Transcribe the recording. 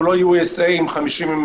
אנחנו לא ארצות הברית עם 50 מדינות,